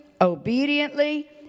Obediently